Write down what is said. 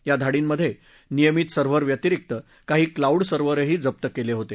या धार्डीमध्ये नियमित सर्व्हर व्यतिरिक्त काही क्लाऊड सर्व्हरही जप्त केले होते